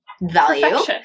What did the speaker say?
value